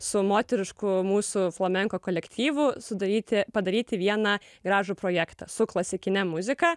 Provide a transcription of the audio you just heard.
su moterišku mūsų flamenko kolektyvu sudaryti padaryti vieną gražų projektą su klasikine muzika